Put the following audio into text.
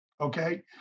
Okay